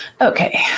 Okay